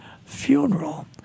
funeral